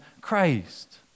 Christ